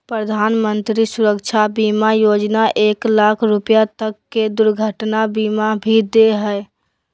प्रधानमंत्री सुरक्षा बीमा योजना एक लाख रुपा तक के दुर्घटना बीमा भी दे हइ